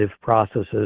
processes